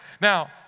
Now